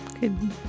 Good